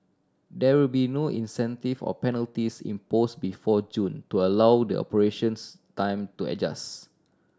there will be no incentive or penalties imposed before June to allow the operations time to adjust